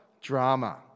drama